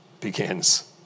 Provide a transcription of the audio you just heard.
begins